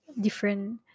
different